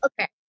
Okay